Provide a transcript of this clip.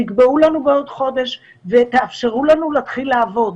תקבעו לנו בעוד חודש ותאפשרו לנו להתחיל לעבוד,